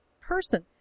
person